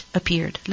appeared